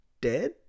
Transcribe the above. dead